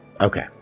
Okay